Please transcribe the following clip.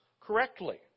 correctly